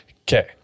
Okay